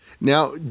now